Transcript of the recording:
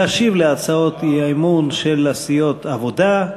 להשיב להצעות האי-אמון של הסיעות העבודה,